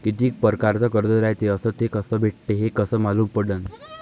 कितीक परकारचं कर्ज रायते अस ते कस भेटते, हे कस मालूम पडनं?